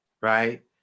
Right